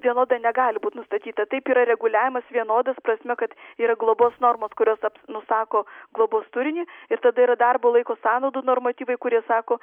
vienoda negali būt nustatyta taip yra reguliavimas vienodas prasme kad yra globos normos kurios nusako globos turinį ir tada yra darbo laiko sąnaudų normatyvai kurie sako